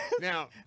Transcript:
now